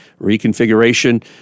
reconfiguration